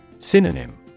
Synonym